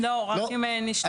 לא רק אם נשלח באופן אקטיבי.